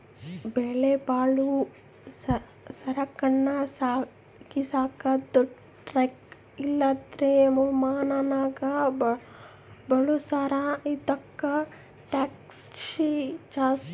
ಬೆಲೆಬಾಳೋ ಸರಕನ್ನ ಸಾಗಿಸಾಕ ದೊಡ್ ಟ್ರಕ್ ಇಲ್ಲಂದ್ರ ವಿಮಾನಾನ ಬಳುಸ್ತಾರ, ಇದುಕ್ಕ ಟ್ಯಾಕ್ಷ್ ಜಾಸ್ತಿ